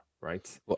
right